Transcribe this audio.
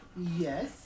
Yes